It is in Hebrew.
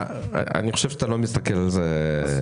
בצלאל, אני חושב שאתה לא מסתכל על זה נכון.